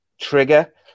trigger